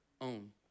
own